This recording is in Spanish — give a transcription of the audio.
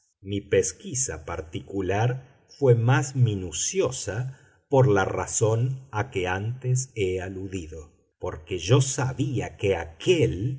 mi pesquisa particular fué más minuciosa por la razón a que antes he aludido porque yo sabía que aquél